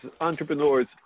entrepreneurs